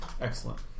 excellent